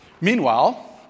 Meanwhile